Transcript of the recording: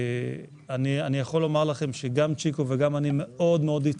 אני יכול לומר לכם שגם צ'יקו וגם אני הצטערנו